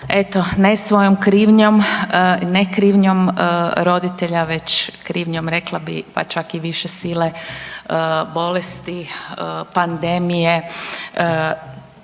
eto, ne svojom krivnjom, ne krivnjom roditelja već krivnjom rekla bi pa čak i više sile, bolesti, pandemije